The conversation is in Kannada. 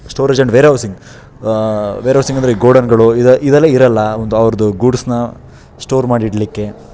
ಸ್ಟೋರೇಜ್ ಎಂಡ್ ವೇರ್ಹೌಸಿಂಗ್ ವೇರ್ಹೌಸಿಂಗ್ ಅಂದರೆ ಈ ಗೋಡನ್ಗಳು ಇದು ಇದೆಲ್ಲ ಇರೋಲ್ಲ ಒಂದು ಅವ್ರದ್ದು ಗೂಡ್ಸ್ನ್ನ ಸ್ಟೋರ್ ಮಾಡಿ ಇಡಲಿಕ್ಕೆ